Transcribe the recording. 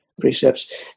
precepts